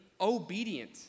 obedient